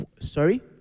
Sorry